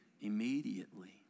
Immediately